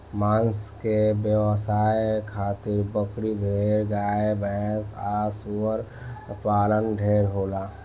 मांस के व्यवसाय खातिर बकरी, भेड़, गाय भैस आ सूअर पालन ढेरे होला